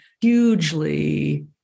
hugely